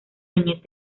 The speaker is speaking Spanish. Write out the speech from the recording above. niñez